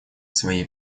своей